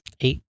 Eight